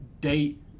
date